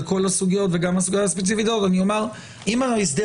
על כל הסוגיות וגם הסוגיה הספציפית הזאת אני אומר: אם ההסדר